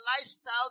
lifestyle